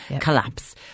collapse